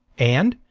and,